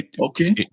Okay